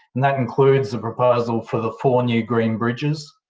that includes the proposal for the four new green bridges,